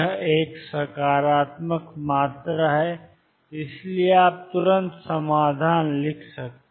यह एक सकारात्मक मात्रा है और इसलिए आप तुरंत समाधान लिख सकते हैं